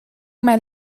mijn